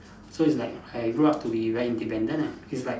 so is like I grow up to be very independent ah it's like